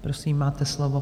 Prosím, máte slovo.